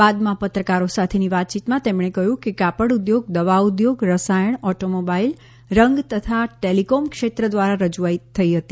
બાદમાં પત્રકારો સાથેની વાતચીતમાં તેમણે કહ્યું કે કાપડઉદ્યોગ દવાઉદ્યોગ રસાયણ ઓટોમોબાઇલ રંગ તથા ટેલીકોમક્ષેત્ર દ્વારા રજૂઆત થઇ હતી